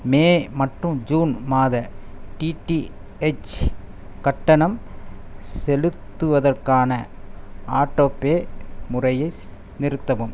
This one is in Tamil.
மே மற்றும் ஜூன் மாத டிடிஹெச் கட்டணம் செலுத்துவதற்கான ஆட்டோபே முறையை நிறுத்தவும்